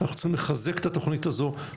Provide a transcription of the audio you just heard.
אנחנו צריכים לחזק את התכנית הזו,